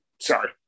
sorry